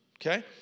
Okay